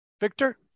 Victor